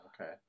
Okay